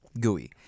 gooey